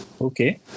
Okay